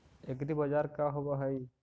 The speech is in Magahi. एग्रीबाजार का होव हइ?